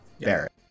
Barrett